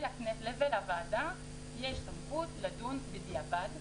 לוועדה יש סמכות לדון בדיעבד.